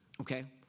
Okay